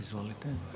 Izvolite.